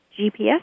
GPS